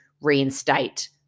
reinstate